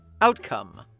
Outcome